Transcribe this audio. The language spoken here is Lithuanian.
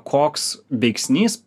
koks veiksnys